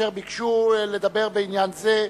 אשר ביקשו לדבר בעניין זה.